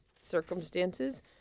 circumstances